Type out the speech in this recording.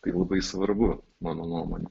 tai labai svarbu mano nuomone